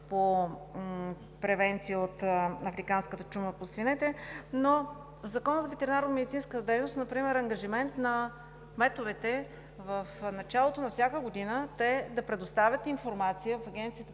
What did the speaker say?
по превенция от африканската чума по свинете. Но в Закона за ветеринарномедицинската дейност например е ангажимент на кметовете в началото на всяка година те да предоставят информация в Агенцията